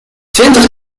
twintig